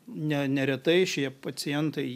ne neretai šie pacientai